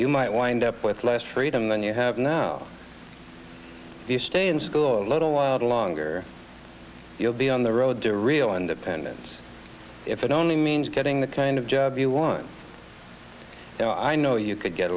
you might wind up with less freedom than you have now the stay in school a little while longer you'll be on the road to real independence if it only means getting the kind of job you want so i know you could get